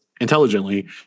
intelligently